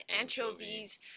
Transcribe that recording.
Anchovies